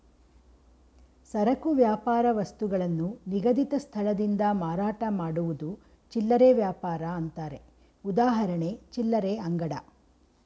ಸರಕು ವ್ಯಾಪಾರ ವಸ್ತುಗಳನ್ನು ನಿಗದಿತ ಸ್ಥಳದಿಂದ ಮಾರಾಟ ಮಾಡುವುದು ಚಿಲ್ಲರೆ ವ್ಯಾಪಾರ ಅಂತಾರೆ ಉದಾಹರಣೆ ಚಿಲ್ಲರೆ ಅಂಗಡಿ